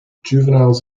juveniles